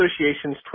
Association's